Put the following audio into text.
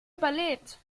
überlebt